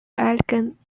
elegant